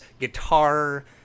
guitar